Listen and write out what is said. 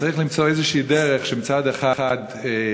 צריך למצוא איזושהי דרך שמצד אחד השקיות